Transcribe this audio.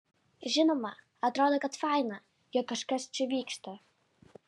žinoma atrodo kad faina jog kažkas čia vyksta